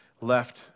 Left